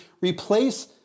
replace